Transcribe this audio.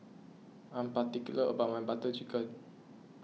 I am particular about my Butter Chicken